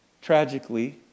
Tragically